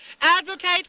Advocate